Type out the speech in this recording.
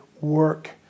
work